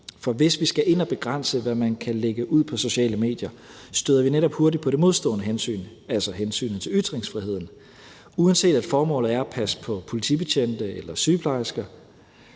For hvis vi skal ind og begrænse, hvad man kan lægge ud på sociale medier, støder vi netop hurtigt på det modstående hensyn, altså hensynet til ytringsfriheden. Uanset at formålet er at passe på politibetjente eller sygeplejersker,